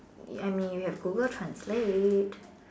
I mean you have Google translate